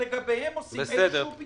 שלגביהם מוצאים איזשהו פתרון.